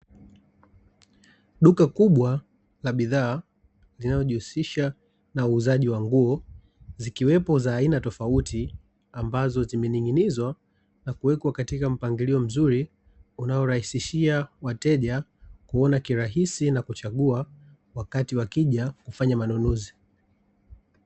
Duka kubwa la bidhaa linalojihusisha na uuzaji wa nguo, zikiwepo za aina tofauti ambazo zimening'inizwa na kuwekwa katika, mpangilio mzuri unaorahisishia wateja kuona kiurahisi na kuchagua wakati wakija kufanya manunuzi.